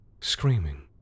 screaming